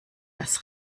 das